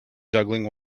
juggling